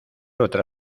otra